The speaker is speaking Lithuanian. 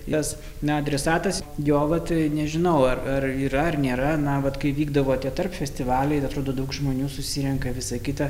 tas na adresatas jo vat nežinau ar yra ar nėra na vat kai vykdavo tie tarp festivaliai atrodo daug žmonių susirenka visą kitą